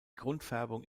grundfärbung